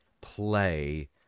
play